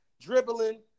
dribbling